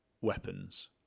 weapons